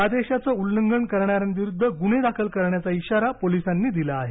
आदेशाचं उल्लंघन करणाऱ्यांविरुद्ध गुन्हे दाखल करण्याचा इशारा पोलिसांनी दिला आहे